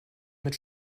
mit